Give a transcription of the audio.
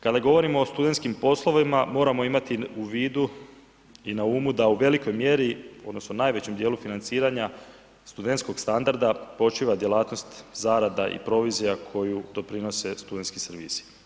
Kada govorimo o studentskim poslovima moramo imati u vidu i na umu da u velikoj mjeri odnosno najvećem dijelu financiranja studentskog standarda počiva djelatnost zarada i provizija koju doprinose studentski servisi.